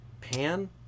pan